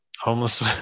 homeless